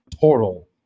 total